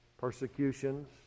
persecutions